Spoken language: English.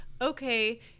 okay